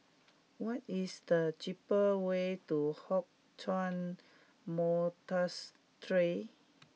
what is the cheapest way to Hock Chuan Monastery